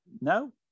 no